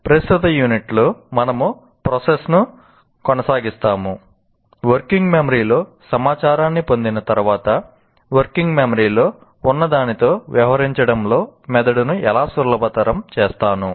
ప్రస్తుత యూనిట్లో మనము ప్రాసెస్ ను కొనసాగిస్తాము